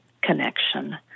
connection